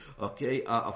Okay